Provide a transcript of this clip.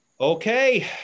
Okay